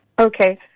Okay